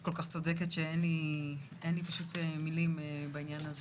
את כל כך צודקת ואין לי מילים בעניין.